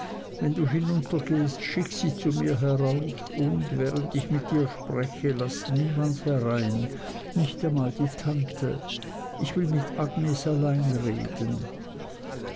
wenn du hinuntergehst schicke sie zu mir herauf und während ich mit ihr spreche laß niemand herein nicht einmal die tante ich will mit agnes allein reden